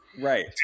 Right